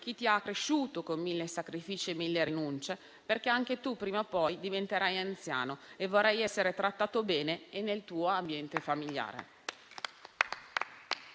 chi ti ha cresciuto con mille sacrifici e mille rinunce, perché anche tu prima o poi diventerai anziano e vorrai essere trattato bene e nel tuo ambiente familiare.